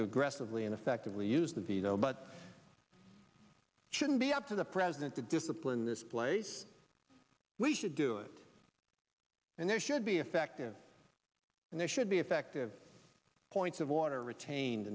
to aggressively and effectively use the veto but it shouldn't be up to the president to discipline this place we should do it and there should be effective and there should be effective points of water retained